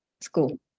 school